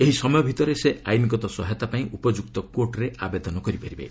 ଏହି ସମୟ ଭିତରେ ସେ ଆଇନଗତ ସହାୟତା ପାଇଁ ଉପଯୁକ୍ତ କୋର୍ଟରେ ଆବେଦନ କରିପାରିବେ